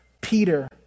Peter